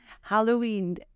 Halloween